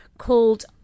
Called